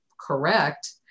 correct